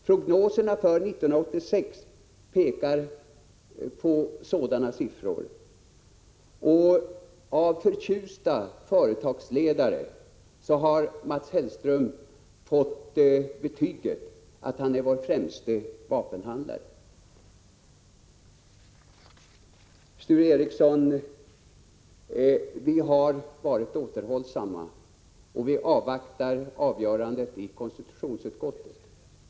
Prognoserna för 1986 pekar på stigande siffror. Av förtjusta företagsledare har Mats Hellström fått betyget att han är vår främste vapenhandlare. Vi har varit återhållsamma, Sture Ericson, och vi avvaktar avgörandet i konstitutionsutskottet.